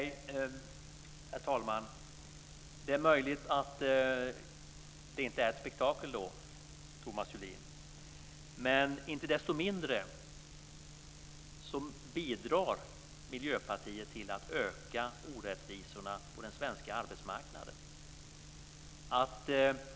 Herr talman! Det är möjligt att det inte är ett spektakel, Thomas Julin. Men inte desto mindre bidrar Miljöpartiet till att öka orättvisorna på den svenska arbetsmarknaden.